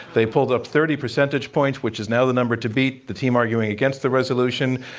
they pulled up thirty percentage points, which is now the number to beat the team arguing against the resolution.